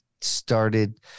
started